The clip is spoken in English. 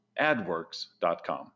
AdWorks.com